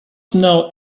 know